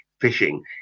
fishing